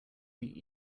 meet